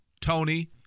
tony